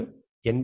ഇത് n222n2 ആണ്